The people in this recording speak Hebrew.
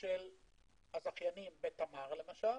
של הזכיינים בתמר, למשל.